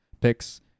picks